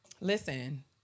listen